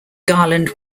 garland